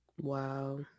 Wow